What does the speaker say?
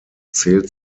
zählt